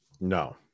no